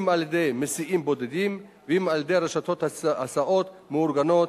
אם על-ידי מסיעים בודדים ואם על-ידי רשתות הסעות מאורגנות,